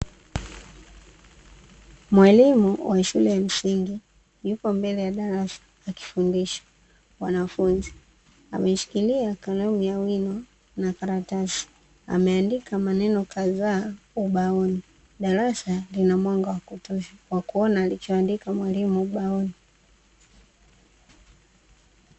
Mwalimu wa shule ya msingi yupo mbele ya darasa, akifundisha wanafunzi. Ameshikilia kalamu ya wino na karatasi, ameandika maneno kadhaa ubaoni. Darasa lina mwanga wa kutosha wa kuona alichoandika mwalimu ubaoni.